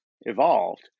evolved